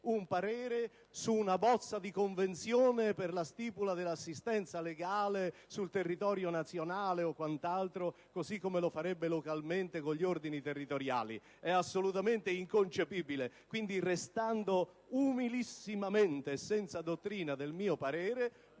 un parere su una bozza di convenzione per la stipula dell'assistenza legale sul territorio nazionale o quant'altro, così come lo farebbe localmente con gli ordini territoriali. È assolutamente inconcepibile. Quindi, restando umilissimamente e senza dottrina del mio parere,